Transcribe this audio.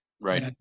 right